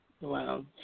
Wow